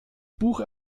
buch